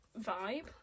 vibe